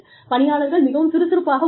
பணியாளர்கள் மிகவும் சுறுசுறுப்பாக உள்ளனர்